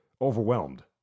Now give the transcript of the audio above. overwhelmed